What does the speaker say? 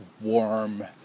warm